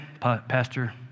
Pastor